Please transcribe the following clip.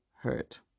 hurt